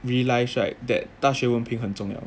realize right that 大学文凭很重要